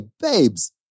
babes